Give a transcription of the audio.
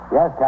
Yes